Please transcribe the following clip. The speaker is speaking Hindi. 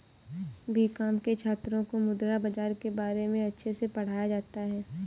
बीकॉम के छात्रों को मुद्रा बाजार के बारे में अच्छे से पढ़ाया जाता है